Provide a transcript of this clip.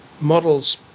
models